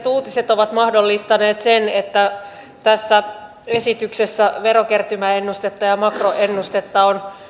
uutiset ovat mahdollistaneet sen että tässä esityksessä verokertymäennustetta ja makroennustetta on